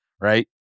right